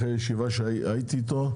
אחרי ישיבה שהייתי איתו,